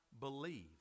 believe